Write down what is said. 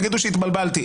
יגידו שהתבלבלתי,